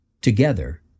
Together